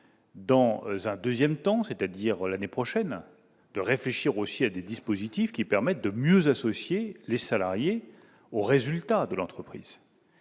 dans un second temps, c'est-à-dire l'année prochaine, de réfléchir à des dispositifs permettant de mieux associer les salariés aux résultats de l'entreprise.